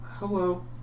Hello